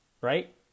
right